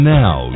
now